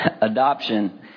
adoption